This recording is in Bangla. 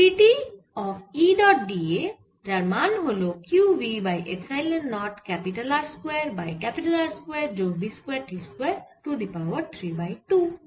d dt E dot da যার মান হল q v by epsilon naught R square by R square যোগ v square t square to the power 3 by 2